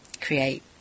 create